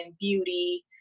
beauty